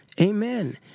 Amen